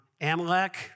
Amalek